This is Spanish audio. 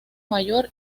mayor